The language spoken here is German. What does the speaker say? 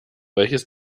welches